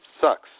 sucks